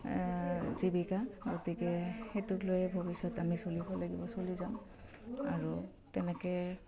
জীৱিকা গতিকে সেইটোক লৈয়ে ভৱিষ্যত আমি চলিব লাগিব চলি যাওঁ আৰু তেনেকে